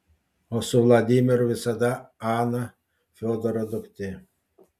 o su vladimiru visada ana fiodoro duktė